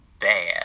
bad